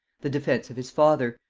the defence of his father,